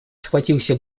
схватился